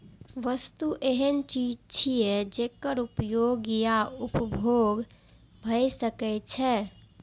वस्तु एहन चीज छियै, जेकर उपयोग या उपभोग भए सकै छै